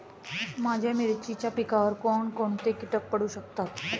माझ्या मिरचीच्या पिकावर कोण कोणते कीटक पडू शकतात?